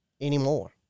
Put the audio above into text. anymore